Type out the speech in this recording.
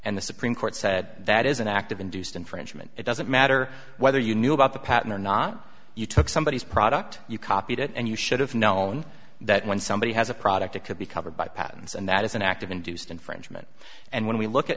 and the supreme court said that is an act of induced infringement it doesn't matter whether you knew about the patent or not you took somebodies product you copied it and you should have known that when somebody has a product it could be covered by patterns and that is an act of induced infringement and when we look at